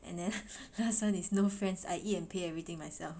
and then last one is no friends I eat and pay everything myself